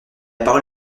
parole